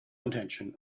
intention